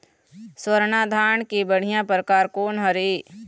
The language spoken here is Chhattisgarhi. स्वर्णा धान के बढ़िया परकार कोन हर ये?